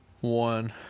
one